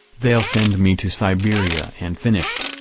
they'll send me to siberia and finished.